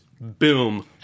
boom